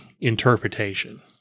interpretation